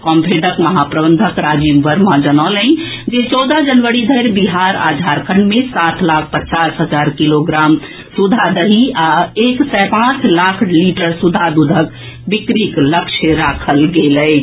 कॉम्फेडक महाप्रबंधक राजीव वर्मा जनौलनि अछि जे चौदह जनवरी धरि बिहार आ झारखंड मे सात लाख पचास हजार किलोग्राम सुधा दही आ एक सय पांच लाख लीटर सुधा दूधक बिक्रीक लक्ष्य राखल गेल अछि